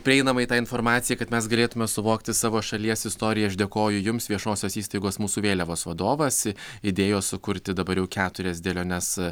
prieinamai tą informaciją kad mes galėtume suvokti savo šalies istoriją aš dėkoju jums viešosios įstaigos mūsų vėliavos vadovas idėjos sukurti dabar jau keturias dėliones